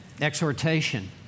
exhortation